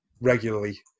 regularly